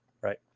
Right